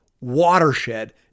watershed